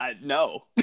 No